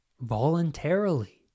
Voluntarily